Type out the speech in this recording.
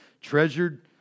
treasured